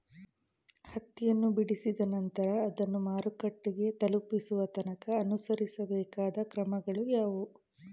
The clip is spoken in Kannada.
ಹತ್ತಿಯನ್ನು ಬಿಡಿಸಿದ ನಂತರ ಅದನ್ನು ಮಾರುಕಟ್ಟೆ ತಲುಪಿಸುವ ತನಕ ಅನುಸರಿಸಬೇಕಾದ ಕ್ರಮಗಳು ಯಾವುವು?